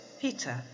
peter